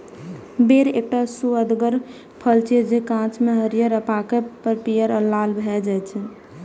बेर एकटा सुअदगर फल छियै, जे कांच मे हरियर आ पाके पर पीयर आ लाल भए जाइ छै